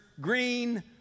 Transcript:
green